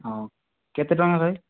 ହଁ କେତେ ଟଙ୍କା ଭାଇ